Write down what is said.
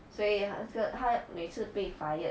所以他这个他每次被 fired